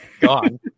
gone